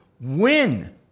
win